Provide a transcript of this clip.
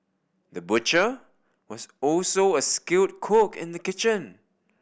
the butcher was also a skilled cook in the kitchen